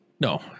No